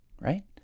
right